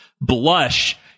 blush